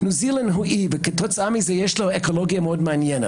ניו-זילנד הוא אי וכתוצאה מזה יש לו אקולוגיה מאוד מעניינת.